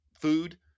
food